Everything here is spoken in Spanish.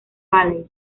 valley